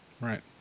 Right